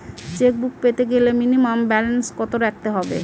Chequebook পেতে গেলে minimum balance কত রাখতে হবে?